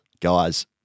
Guys